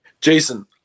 Jason